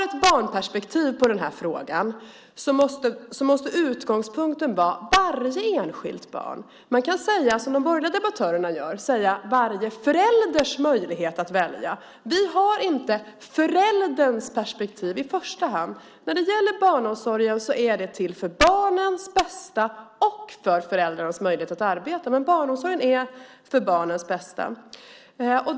Ett barnperspektiv på den här frågan ger utgångspunkten varje enskilt barn. De borgerliga debattörerna talar om varje förälders möjlighet att välja. Vi ser inte på förälderns perspektiv i första hand. Barnomsorgen är till för barnens bästa och för föräldrarnas möjlighet att arbeta. Barnomsorgen är för barnens bästa.